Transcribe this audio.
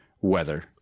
weather